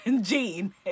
gene